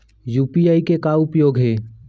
UPI के का उपयोग हे?